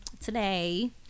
today